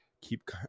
keep